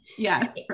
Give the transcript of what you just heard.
Yes